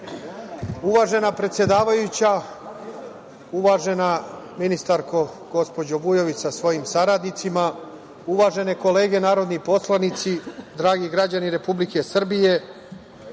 predsedavajuća, uvažena ministarko, gospođo Vujović sa svojim saradnicima, uvažene kolege narodni poslanici, dragi građani Republike Srbije,